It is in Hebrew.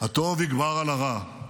הטוב יגבר על הרע,